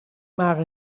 maar